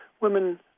women